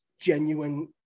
genuine